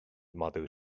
mother